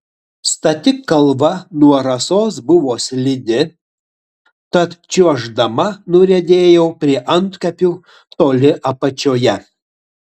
stati kalva nuo rasos buvo slidi tad čiuoždama nuriedėjau prie antkapių toli apačioje